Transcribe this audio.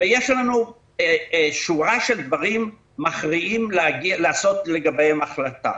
ויש לנו שורה של דברים מכריעים לקבל לגביהם החלטה.